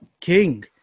King